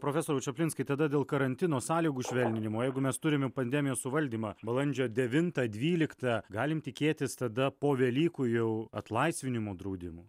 profesoriau čaplinskai tada dėl karantino sąlygų švelninimo jeigu mes turime pandemijos suvaldymą balandžio devintą dvyliktą galim tikėtis tada po velykų jau atlaisvinimo draudimų